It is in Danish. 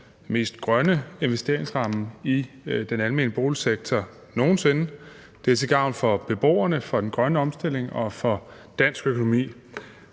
mest grønne investeringsramme i den almene boligsektor nogen sinde. Det er til gavn for beboerne, for den grønne omstilling og for dansk økonomi.